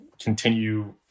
continue